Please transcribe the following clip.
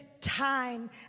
time